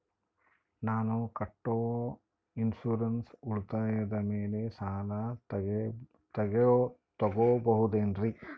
ನಾನು ಕಟ್ಟೊ ಇನ್ಸೂರೆನ್ಸ್ ಉಳಿತಾಯದ ಮೇಲೆ ಸಾಲ ತಗೋಬಹುದೇನ್ರಿ?